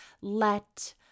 let